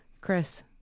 Chris